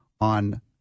on